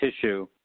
tissue